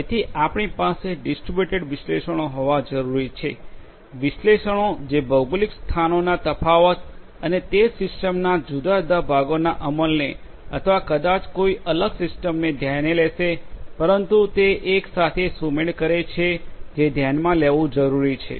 તેથી આપણી પાસે ડિસ્ટ્રિબ્યુટેડ વિશ્લેષણો હોવા જરૂરી છે વિશ્લેષણો જે ભૌગોલિક સ્થાનોના તફાવત અને તે જ સિસ્ટમના જુદા જુદા ભાગોના અમલને અથવા કદાચ કોઈ અલગ સિસ્ટમને ધ્યાને લેશે પરંતુ તે એક સાથે સુમેળ કરે છે જે ધ્યાનમાં લેવું જરૂરી છે